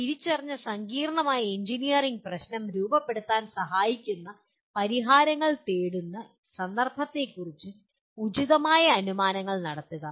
തിരിച്ചറിഞ്ഞ സങ്കീർണ്ണമായ എഞ്ചിനീയറിംഗ് പ്രശ്നം രൂപപ്പെടുത്താൻ സഹായിക്കുന്ന പരിഹാരങ്ങൾ തേടുന്ന സന്ദർഭത്തെക്കുറിച്ച് ഉചിതമായ അനുമാനങ്ങൾ നടത്തുക